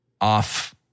off